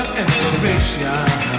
inspiration